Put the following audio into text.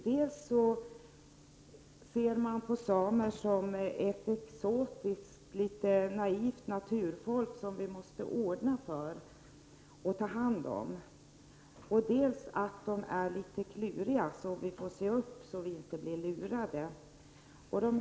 Dels ser man på samer som ett exotiskt och litet naivt naturfolk som man måste ordna allting för och ta hand om, dels anser man att samerna är litet kluriga, så att man får se upp så att man inte blir lurad av dem.